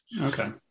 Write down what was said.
okay